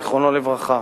זיכרונו לברכה.